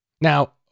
Now